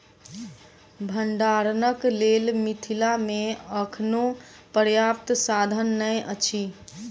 भंडारणक लेल मिथिला मे अखनो पर्याप्त साधन नै अछि